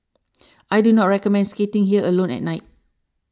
I do not recommend skating here alone at night